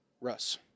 Russ